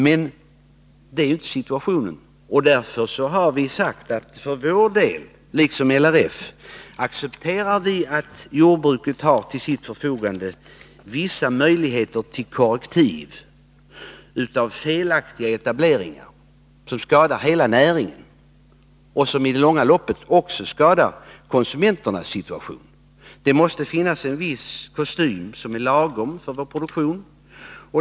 Men sådan är inte situationen, och därför har vi sagt att för vår del accepterar vi — liksom LRF -— att jordbruket till sitt förfogande har vissa möjligheter till korrektiv av felaktiga etableringar som skadar hela näringen, och som i det långa loppet också skadar konsumenternas intressen. Det måste finnas en viss kostym som är lagom för vår produktion.